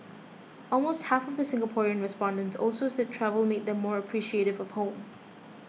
almost half of the Singaporean respondents also said travel made them more appreciative of home